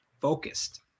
focused